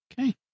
Okay